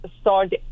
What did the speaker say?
start